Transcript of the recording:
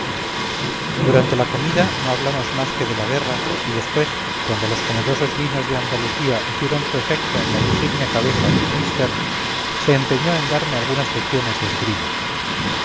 durante la comida no hablamos más que de la guerra y después cuando los generosos vinos de andalucía hicieron su efecto en la insigne cabeza del mister se empeñó en darme algunas lecciones de esgrima